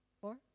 Four